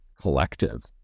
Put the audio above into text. collective